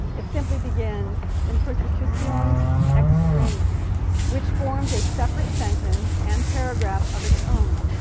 it simply begins in persecutions extrema which forms a separate sentence and paragraph of its own,